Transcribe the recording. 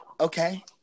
Okay